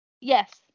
Yes